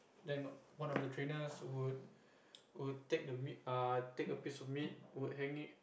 then one of the trainers would would take the meat err take a piece of meat and hang it